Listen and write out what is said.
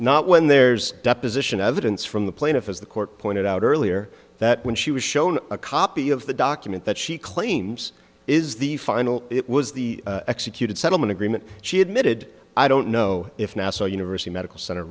not when there's deposition evidence from the plaintiff as the court pointed out earlier that when she was shown a copy of the document that she claims is the final it was the executed settlement agreement she admitted i don't know if nassau university medical center